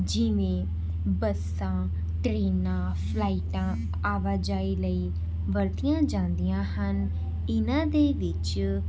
ਜਿਵੇਂ ਬੱਸਾਂ ਟਰੇਨਾਂ ਫਲਾਈਟਾਂ ਅਵਾਜਾਈ ਲਈ ਵਰਤੀਆਂ ਜਾਂਦੀਆਂ ਹਨ ਇਨ੍ਹਾਂ ਦੇ ਵਿੱਚ